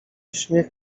śmiech